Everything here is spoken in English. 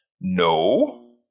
No